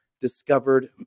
discovered